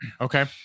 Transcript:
Okay